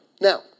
Now